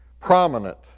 prominent